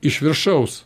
iš viršaus